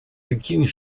bikini